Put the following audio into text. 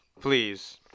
Please